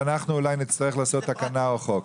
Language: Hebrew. ואנחנו אולי נצטרך לעשות תקנה או חוק.